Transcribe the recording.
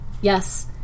Yes